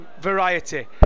Variety